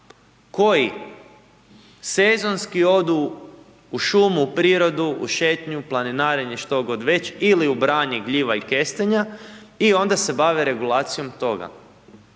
koji sezonski odu u šumu, u prirodu, u šetnju, planinarenje što god već ili u branje gljiva i kestenja i onda se bave regulacijom toga.